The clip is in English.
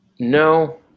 No